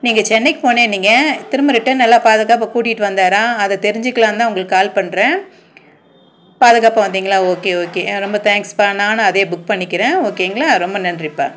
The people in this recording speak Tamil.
நீங்கள் சென்னைக்கு போனேன்னீங்க திரும்ப ரிட்டன் நல்ல பாதுகாப்பாக கூட்டிகிட்டு வந்தாரா அதை தெரிஞ்சிக்கலான்னு தான் உங்களுக்கு கால் பண்ணுறேன் பாதுகாப்பாக வந்திங்களா ஓகே ஓகே ரொம்ப தேங்க்ஸ்பா நானும் அதே புக் பண்ணிக்கிறேன் ஓகேங்களா ரொம்ப நன்றிப்பா